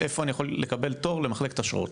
איפה אני יכול לקבל תור למחלקת אשרות?